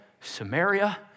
Samaria